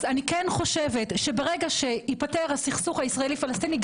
אני חושבת שברגע שייפתר הסכסוך הישראלי-פלסטיני,